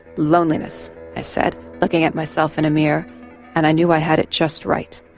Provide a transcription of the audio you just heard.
loneliness i said looking at myself in a mirror and i knew i had it just right,